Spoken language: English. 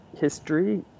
history